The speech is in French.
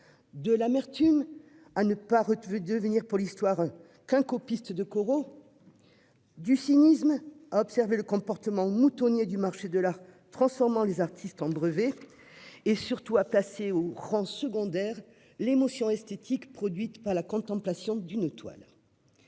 De l'amertume, à ne devenir pour l'histoire qu'un copiste de Corot ? Du cynisme, à observer le comportement moutonnier du marché de l'art, transformant les artistes en brevets et plaçant, surtout, au second plan l'émotion esthétique produite par la contemplation d'une toile